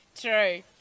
True